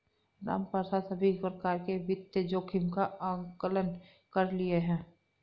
रामप्रसाद सभी प्रकार के वित्तीय जोखिम का आंकलन कर लिए है